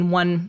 one